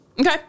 okay